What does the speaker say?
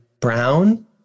brown